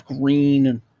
green